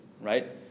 right